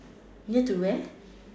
near to where